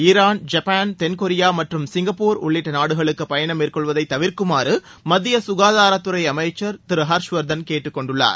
Iran Japan தென்கொரியா மற்றும் Singapore உள்ளிட்ட நாடுகளுக்கு பயணம் மேற்கொள்வதை தவிர்க்குமாறு மத்திய சுகாதாரத்துறை அமைச்சர் திரு ஹர்ஷ்வர்த்தன் கேட்டுக்கொண்டுள்ளார்